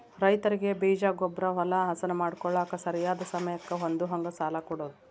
ರೈತರಿಗೆ ಬೇಜ, ಗೊಬ್ಬ್ರಾ, ಹೊಲಾ ಹಸನ ಮಾಡ್ಕೋಳಾಕ ಸರಿಯಾದ ಸಮಯಕ್ಕ ಹೊಂದುಹಂಗ ಸಾಲಾ ಕೊಡುದ